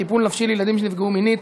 טיפול נפשי לילדים שנפגעו מינית),